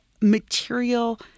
material